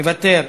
מוותר.